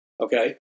okay